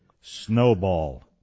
Snowball